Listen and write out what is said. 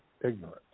ignorance